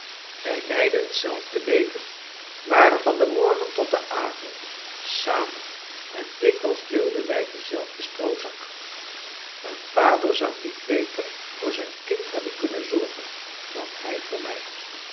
wij leidden hetzelfde leven waren van den morgen tot den avond samen en dikwijls deelden wij denzelfden stroozak een vader zou niet beter voor zijn kind hebben kunnen zorgen dan hij voor mij